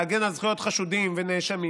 להגן על זכויות חשודים ונאשמים,